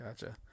Gotcha